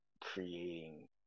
creating